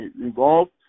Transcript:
involved